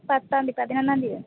പത്താം തീയ്യതി പതിനൊന്നാം തീയ്യതി വേണം